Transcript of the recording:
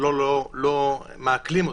לא מעקלים אותו.